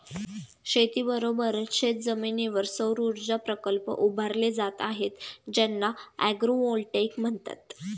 शेतीबरोबरच शेतजमिनीवर सौरऊर्जा प्रकल्प उभारले जात आहेत ज्यांना ॲग्रोव्होल्टेईक म्हणतात